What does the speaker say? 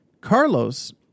Carlos